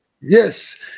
Yes